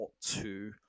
two